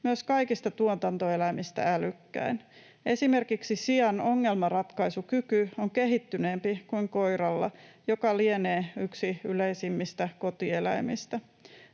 myös kaikista tuotantoeläimistä älykkäin. Esimerkiksi sian ongelmanratkaisukyky on kehittyneempi kuin koiralla, joka lienee yksi yleisimmistä kotieläimistä.